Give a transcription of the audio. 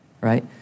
Right